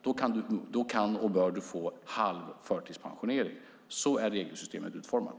Då kan och bör du få halv förtidspensionering. Så är regelsystemet utformat.